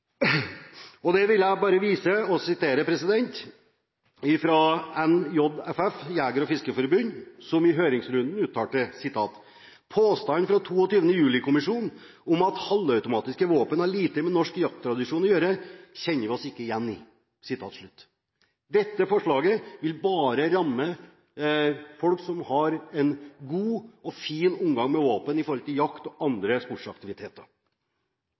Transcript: terrorbekjempelse. Jeg vil bare sitere NJFF, Norges Jeger- og Fiskerforbund, som i høringsrunden uttalte: «Påstanden fra 22. juli-kommisjonen om at halvautomatiske våpen har lite med norsk jakttradisjon å gjøre, kjenner vi oss ikke igjen i.» Dette forslaget vil bare ramme folk som har en god og fin omgang med våpen i forbindelse med jakt og andre sportsaktiviteter.